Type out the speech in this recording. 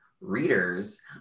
readers